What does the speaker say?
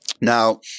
Now